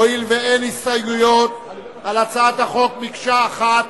הואיל ואין הסתייגויות על הצעת החוק, מקשה אחת.